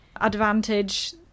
advantage